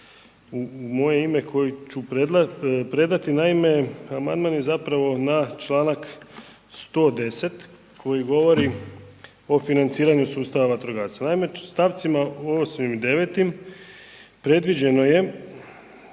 moje ime koji ću predati, naime amandman je zapravo na čl. 110. koji govori o financiranju sustava vatrogastva. Naime, stavcima 8. i 9. predviđeno je